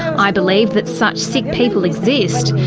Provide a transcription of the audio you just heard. i believe that such sick people exist,